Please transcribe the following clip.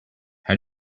how